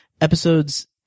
episodes